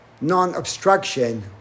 Non-obstruction